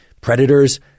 Predators